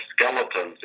skeletons